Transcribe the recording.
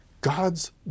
God's